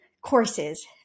courses